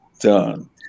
done